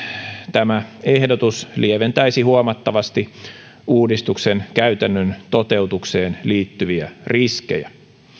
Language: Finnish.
tämä ehdotus lieventäisi huomattavasti uudistuksen käytännön toteutukseen liittyviä riskejä